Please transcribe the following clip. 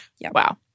Wow